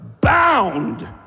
Bound